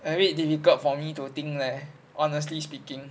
very difficult for me to think leh honestly speaking